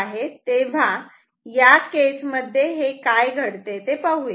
तेव्हा या केसमध्ये हे काय घडते ते पाहूयात